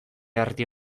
erdi